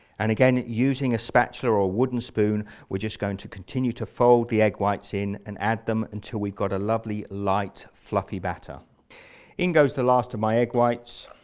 and again using a spatula or or wooden spoon we're just going to continue to fold the egg whites in and add them in until we've got a lovely light fluffy batter in goes the last of my egg whites